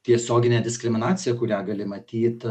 tiesioginė diskriminacija kurią gali matyt